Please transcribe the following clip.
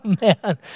Man